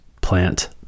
plant